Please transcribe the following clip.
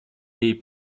jej